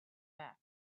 back